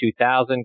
2000